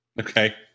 Okay